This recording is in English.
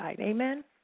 Amen